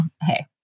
hey